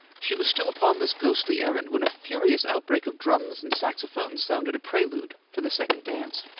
she was still upon this ghostly errand when a furious outbreak of drums and saxophones sounded a prelude for the second dance.